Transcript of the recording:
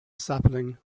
sapling